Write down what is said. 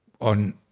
on